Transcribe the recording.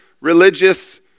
religious